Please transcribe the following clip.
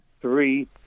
three